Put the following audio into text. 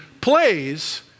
plays